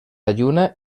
lluna